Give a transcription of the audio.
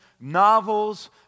novels